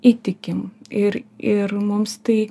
įtikim ir ir mums tai